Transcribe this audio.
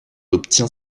obtient